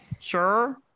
Sure